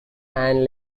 and